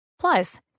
Plus